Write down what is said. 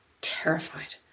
terrified